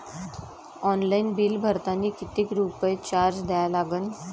Online bill भरतानी कितीक रुपये चार्ज द्या लागन?